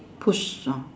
push lor